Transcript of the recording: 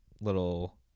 little